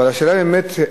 אבל השאלה באמת,